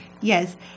Yes